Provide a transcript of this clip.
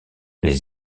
les